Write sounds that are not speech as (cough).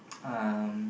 (noise) um